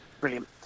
Brilliant